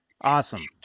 Awesome